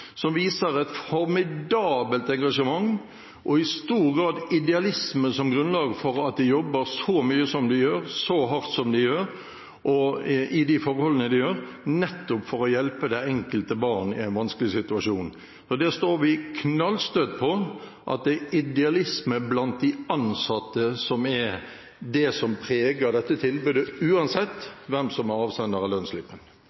som viser et formidabelt engasjement og har i stor grad idealisme som grunnlag for at de jobber så mye som de gjør, så hardt som de gjør, og i de forholdene de har, nettopp for å hjelpe det enkelte barn i en vanskelig situasjon. Vi står knallstøtt på at det er idealisme blant de ansatte som er det som preger dette tilbudet,